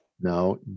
no